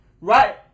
Right